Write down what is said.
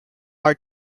are